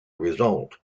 result